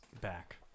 back